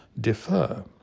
defer